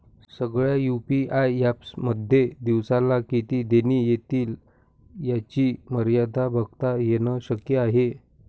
सगळ्या UPI apps मध्ये दिवसाला किती देणी एतील याची मर्यादा बघता येन शक्य आहे